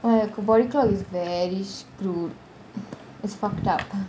my body clock is very screwed it's fucked up